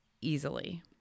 easily